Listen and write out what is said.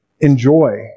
enjoy